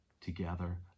Together